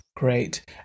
Great